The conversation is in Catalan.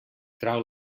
trau